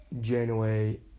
January